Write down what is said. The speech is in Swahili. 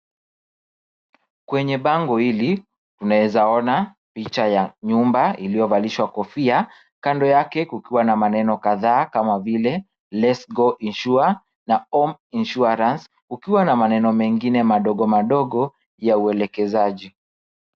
Kwenye bango hili unaweza ona picha ya nyumba iliyovalishwa kofia. Kando yake kukiwa na maneno kadhaa kama vile LetsGo insure na Home insurance , kukiwa na maneno mengine madogo madogo ya uelekezaji.